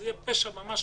זה יהיה פשע ממש.